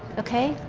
okay?